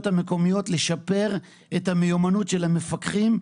המקומות כדי לשפר את המיומנות של המפקחים.